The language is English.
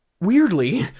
weirdly